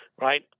right